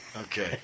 Okay